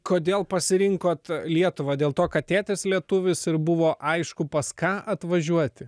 kodėl pasirinkot lietuvą dėl to kad tėtis lietuvis ir buvo aišku pas ką atvažiuoti